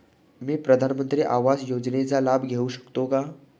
मी प्रधानमंत्री आवास योजनेचा लाभ घेऊ शकते का?